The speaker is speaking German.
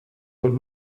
und